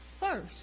first